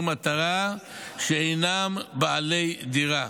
מטרה לחיילי מילואים שאינם בעלי דירה.